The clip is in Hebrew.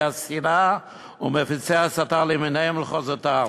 השנאה ומפיצי ההסתה למיניהם ולמחוזותיהם.